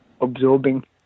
absorbing